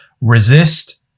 resist